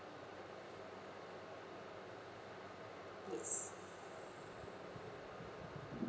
yes